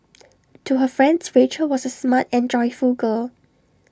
to her friends Rachel was A smart and joyful girl